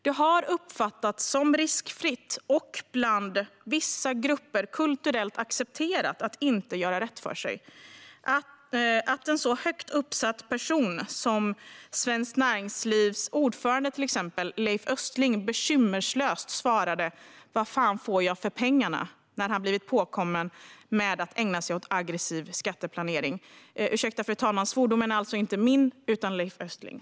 Det har uppfattats som så riskfritt och bland vissa grupper kulturellt accepterat att inte göra rätt för sig att en så högt uppsatt person som till exempel Svenskt Näringslivs ordförande Leif Östling, när han blivit påkommen med att ägna sig åt aggressiv skatteplanering, bekymmerslöst svarade: Vad fan får jag för pengarna? Ursäkta, fru talman, men svordomen är alltså inte min utan Leif Östlings.